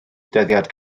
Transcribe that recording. dyddiad